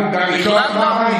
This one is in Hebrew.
נו, גם איתו את רבה?